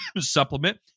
supplement